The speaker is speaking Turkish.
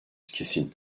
kesin